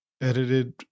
edited